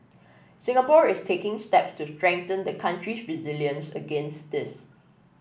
Singapore is taking steps to strengthen the country's resilience against this